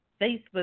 Facebook